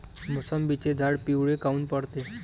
मोसंबीचे झाडं पिवळे काऊन पडते?